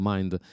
Mind